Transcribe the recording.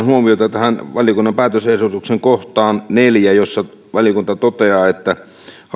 huomiota valiokunnan päätösehdotuksen kohtaan neljä jossa valiokunta toteaa että